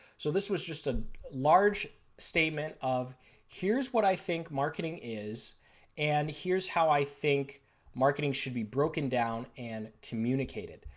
so this was just a large statement of here is what i think marketing is and here is how i think marketing should be broken down and communicated.